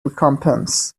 recompense